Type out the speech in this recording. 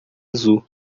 azul